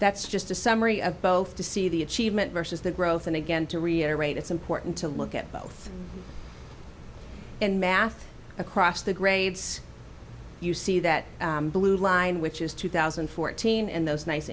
that's just a summary of both to see the achievement versus the growth and again to reiterate it's important to look at both in math across the grades you see that blue line which is two thousand and fourteen and those nice